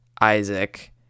Isaac